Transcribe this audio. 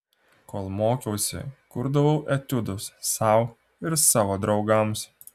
kol mokiausi kurdavau etiudus sau ir savo draugams